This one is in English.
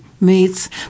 meats